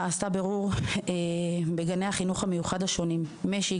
עשתה בירור בגני החינוך המיוחד השונים: מש"י,